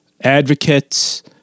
advocates